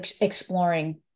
exploring